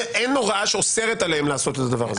אין הוראה שאוסרת עליהם לעשות את הדבר הזה.